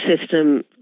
system